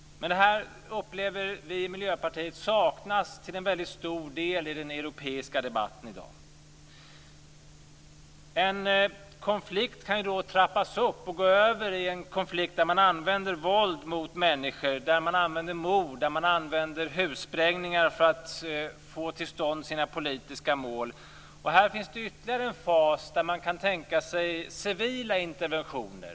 Vi i Miljöpartiet upplever att detta till väldigt stor del saknas i den europeiska debatten i dag. En konflikt kan trappas upp och gå över i en konflikt där man använder våld mot människor, där man använder sig av mord och hussprängningar för sina politiska mål. Här finns det ytterligare en fas där man kan tänka sig civila interventioner.